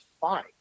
fine